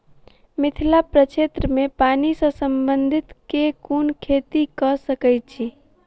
मिथिला प्रक्षेत्र मे पानि सऽ संबंधित केँ कुन खेती कऽ सकै छी?